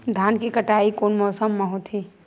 धान के कटाई कोन मौसम मा होथे?